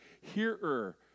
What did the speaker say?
hearer